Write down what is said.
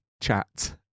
chat